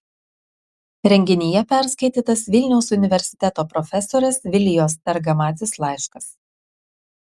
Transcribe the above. renginyje perskaitytas vilniaus universiteto profesorės vilijos targamadzės laiškas